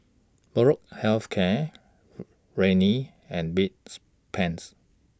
Molnylcke Health Care Rene and beds Pans